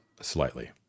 Slightly